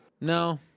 No